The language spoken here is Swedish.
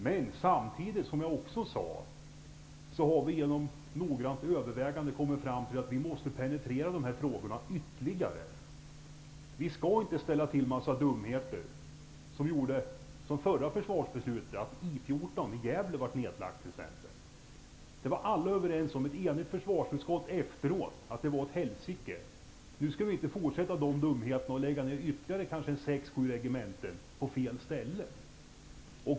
Men samtidigt har vi, som jag också sade, genom noggrant övervägande kommit fram till att vi måste penetrera dessa frågor ytterligare. Vi skall inte göra sådana dumheter som gjordes i förra försvarsbeslutet, då t.ex. I 14 i Gävle blev nedlagt. Ett enigt försvarsutskott var efteråt på det klara med att det beslutet var åt helsike. Vi skall nu inte fortsätta med de dumheterna och kanske lägga ner ytterligare sex sju regementen på fel ställen.